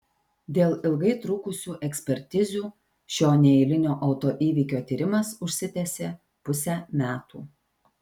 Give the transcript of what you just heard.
dėl ilgai trukusių ekspertizių šio neeilinio autoįvykio tyrimas užsitęsė pusę metų